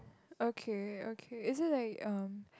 okay okay is it like um